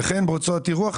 וכן בהוצאות אירוח,